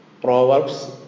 Proverbs